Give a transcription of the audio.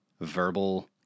verbal